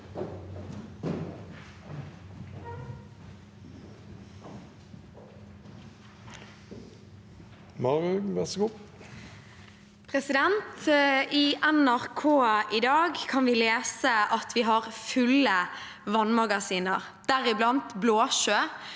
På NRK i dag kan vi lese at vi har fulle vannmagasiner, deriblant Blåsjø,